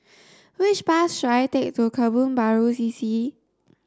which bus should I take to Kebun Baru C C